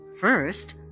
First